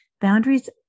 boundaries